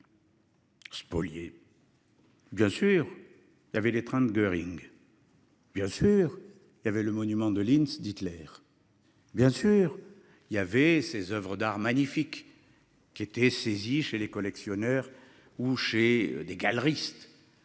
Spoliés. Bien sûr il y avait les trains Goering. Bien sûr il y avait le monument de Linz d'Hitler. Bien sûr il y avait ces Oeuvres d'art magnifiques. Qui était saisis chez les collectionneurs ou chez des galeristes.